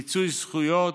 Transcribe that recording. מיצוי זכויות,